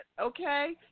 okay